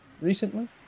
recently